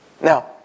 Now